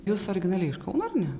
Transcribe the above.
jūs originaliai iš kauno ar ne